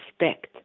respect